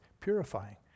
purifying